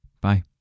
Bye